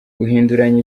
guhinduranya